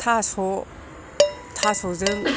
थास' थास'जों